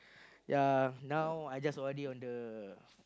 yea now I just O_R_D on the